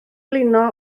blino